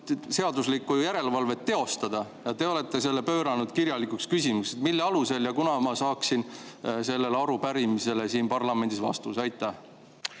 seaduslikku järelevalvet teostada? Te olete selle pööranud kirjalikuks küsimuseks. Mille alusel? Ja kunas ma saaksin sellele arupärimisele siin parlamendis vastuse? Aitäh,